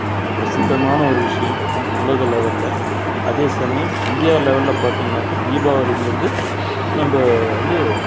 ம பிரசித்தமான ஒரு விஷயம் உலக லெவலில் அதே சமயம் இந்தியா லெவலில் பார்த்திங்கனாக்கா தீபாவளிங்கிறது நம்ம வந்து